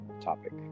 topic